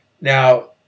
Now